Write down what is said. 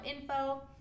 info